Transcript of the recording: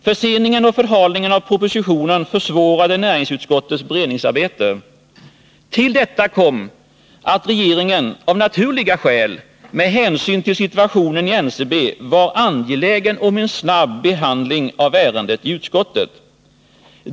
Förseningen och förhalningen av propositionen försvårade näringsutskottets beredningsarbete. Till detta kom att regeringen av naturliga skäl, med hänsyn till situationen i NCB, var angelägen om en snabb behandling av ärendet i utskottet.